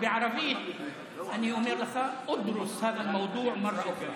בערבית אני אומר לך: (אומר בערבית: